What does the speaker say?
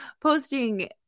Posting